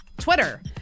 Twitter